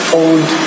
old